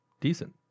decent